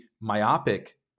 myopic